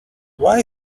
why